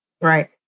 Right